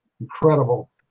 incredible